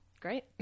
great